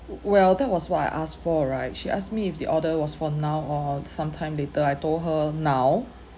well that was what I asked for right she asked me if the order was for now or sometime later I told her now